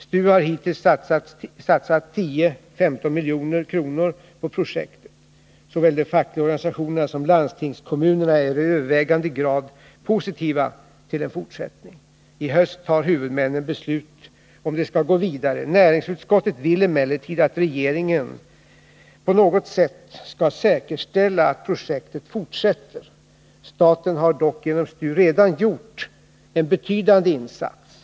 STU har hittills satsat 10-15 milj.kr. på projektet. Såväl de fackliga organisationerna som landstingskommunerna är i övervägande grad positiva till en fortsättning. I höst tar huvudmännen beslut om huruvida de skall gå vidare. Näringsutskottet vill emellertid att regeringen på något sätt skall säkerställa att DASIS-projektet fortsätter. Staten har dock genom STU redan gjort en betydande insats.